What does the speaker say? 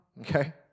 okay